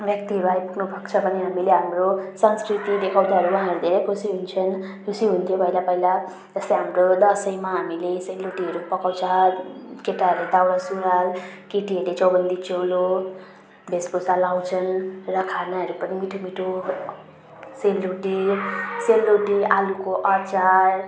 व्यक्तिहरू आइपुग्नु भएको छ भने हामीले हाम्रो संस्कृति देखाउँदाखेरि वहाँ धेरै खुसी हुन्छन् खुसी हुन्थे पहिला पहिला जस्तै हाम्रो दसैँमा हामीले सेलरोटीहरू पकाउँछ केटाहरू दौरा सुरुवाल केटीहरूले चौबन्दी चोलो भेषभूषा लाउँछन् र खानाहरू पनि मिठो मिठो सेलरोटी सेलरोटी आलुको अचार